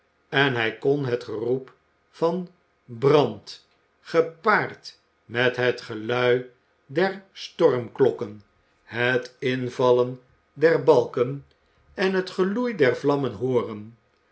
en hij kon het geroep van brand gepaard met het gelui der stormklokken het invallen der balken en het geloei der vlammen hooren